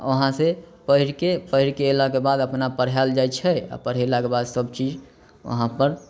उहाँ से पढ़िके पढ़ि शके अयलाके बाद अपना पढ़ैलए जाइ छै आ पढ़ेलाके बाद सभचीज अहाँ पर